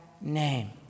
name